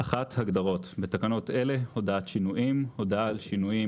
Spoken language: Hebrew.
הגדרות בתקנות אלה - "הודעת שינויים"- הודעה על שינויים